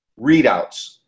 readouts